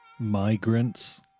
migrants